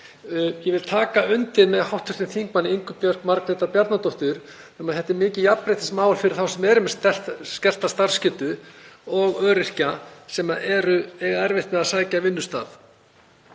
ég vil taka undir með hv. þm. Ingu Björk Margrétar Bjarnadóttur að þetta er mikið jafnréttismál fyrir þá sem eru með skerta starfsgetu og öryrkja sem eiga erfitt með að sækja vinnustað.